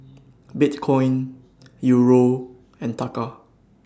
Bitcoin Euro and Taka